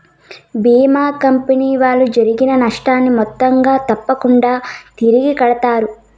భీమా company వాళ్ళు జరిగిన నష్టాన్ని మొత్తంగా తప్పకుంగా తిరిగి కట్టిత్తారు